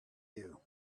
you